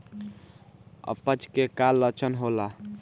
अपच के का लक्षण होला?